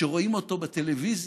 שרואים אותו בטלוויזיה,